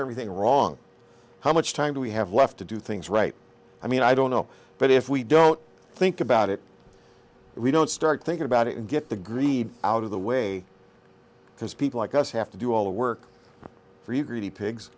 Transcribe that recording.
everything wrong how much time do we have left to do things right i mean i don't know but if we don't think about it we don't start thinking about it and get the greed out of the way because people like us have to do all the work